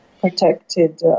protected